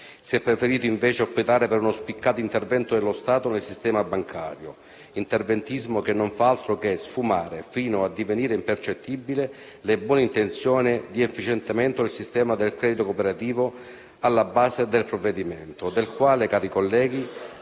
Si è preferito invece optare per uno spiccato interventismo dello Stato nel sistema bancario, interventismo che non fa altro che sfumare, fino a farle divenire impercettibili, le buone intenzioni di efficientamento del sistema del credito cooperativo alla base del provvedimento, del quale, cari colleghi,